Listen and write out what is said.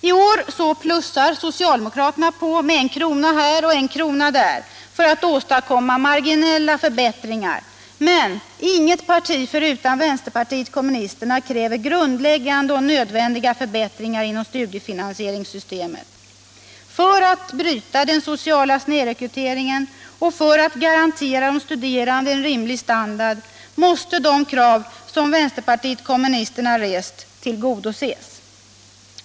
I år plussar socialdemokraterna på med en krona här och en krona där för att åstadkomma marginella förbättringar, men inget parti förutom vpk kräver grundläggande och nödvändiga förbättringar inom studiefinansieringssystemet. För att bryta den sociala snedrekryteringen och för att garantera de studerande en rimlig standard måste de krav som vpk rest tillgodoses.